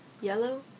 yellow